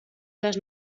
les